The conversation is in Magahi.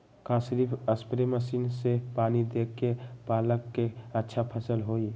का सिर्फ सप्रे मशीन से पानी देके पालक के अच्छा फसल होई?